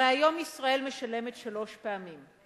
הרי היום ישראל משלמת שלוש פעמים: